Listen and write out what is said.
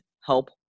help